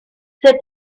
cette